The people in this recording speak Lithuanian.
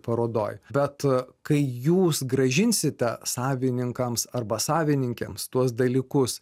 parodoj bet kai jūs grąžinsite savininkams arba savininkėms tuos dalykus